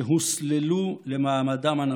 שהוסללו למעמדם הנחות.